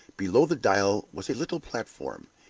below the dial was a little platform,